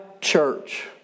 church